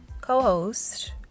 co-host